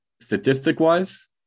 Statistic-wise